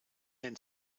then